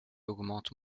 augmente